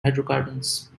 hydrocarbons